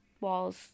walls